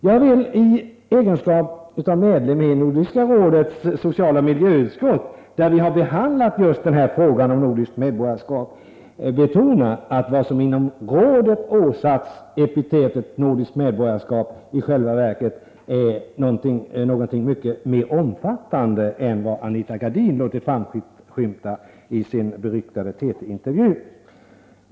Jag vill i egenskap av medlem i Nordiska rådets socialoch miljöutskott, där vi har behandlat just den här frågan om nordiskt medborgarskap, betona att vad som inom rådet åsatts epitetet ”nordiskt medborgarskap” i själva verket är någonting mycket mer omfattande än vad Anita Gradin låtit framskymta i sin beryktade TT-intervju.